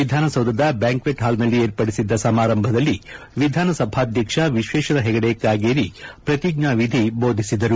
ವಿಧಾನಸೌಧದ ಬ್ಯಾಂಕ್ವೆಟ್ ಹಾಲ್ನಲ್ಲಿ ಏರ್ಪಡಿಸಿದ್ದ ಸಮಾರಂಭದಲ್ಲಿ ವಿಧಾನ ಸಭಾಧ್ಯಕ್ಷ ವಿಶ್ವೇಶ್ವರ ಹೆಗಡೆ ಕಾಗೇರಿ ಪ್ರತಿಜ್ಞಾನಿಧಿ ಬೋಧಿಸಿದರು